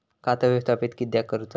खाता व्यवस्थापित किद्यक करुचा?